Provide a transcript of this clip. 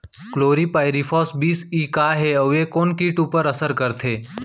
Chlorpyrifos बीस CE का हे अऊ ए कोन किट ऊपर असर करथे?